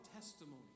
testimony